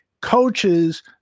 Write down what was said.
coaches